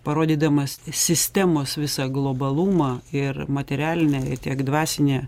parodydamas sistemos visą globalumą ir materialinę tiek dvasinę